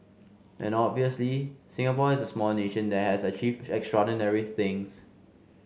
and obviously Singapore is a small nation that has achieved extraordinary things